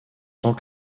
tant